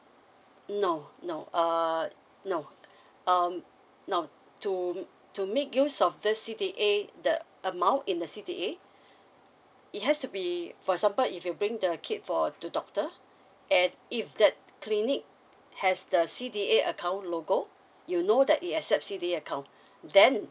no no uh no um no to to make use of this C_D_A the amount in the C_D_A it has to be for example if you bring the kid for to doctor and if that clinic has the C_D_A account logo you know that it accepts C_D_A account then